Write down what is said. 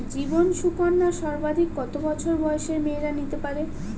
জীবন সুকন্যা সর্বাধিক কত বছর বয়সের মেয়েরা নিতে পারে?